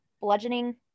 bludgeoning